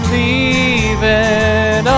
leaving